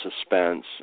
suspense